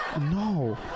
No